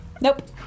nope